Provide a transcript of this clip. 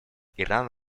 иран